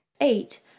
eight